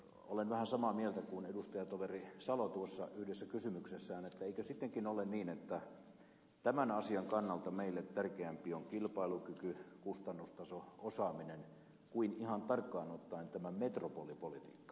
olen vähän samaa mieltä kuin edustajatoveri mauri salo tuossa yhdessä kysymyksessään että eikö sittenkin ole niin että tämän asian kannalta meille tärkeämpi on kilpailukyky kustannustaso osaaminen kuin ihan tarkkaan ottaen tämä metropolipolitiikka